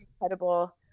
incredible